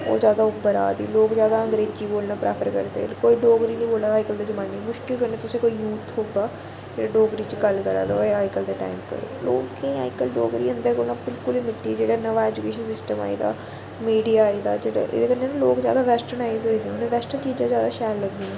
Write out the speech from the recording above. ओह् ज्यादा उप्पर आ दी लोक ज्यादा अंग्रेज़ी बोलना प्रैफर करदे न कोई डोगरी ते बोला दी अज्जकल दे जमाने च कोई यूथ थ्होगा जेह्ड़ा डोगरी च गल्ल करा दा होऐआ अज्जकल दे टाईम उप्पर लोकें अज्जकल डोगरी बिलकुल मिटी गेदी जेह्ड़ा नमां ऐजुकेशन सिस्टम आई दा मीडिया आई दा जेह्ड़े एह्दे कन्नै लोक ज्यादा वैश्टनाईज्ड होई गेदे वैस्टरन चीज़ां शैल लगदियां